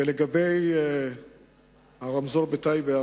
ולגבי הרמזור בטייבה,